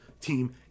team